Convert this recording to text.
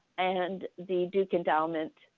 and the duke endowment.